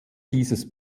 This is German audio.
dieses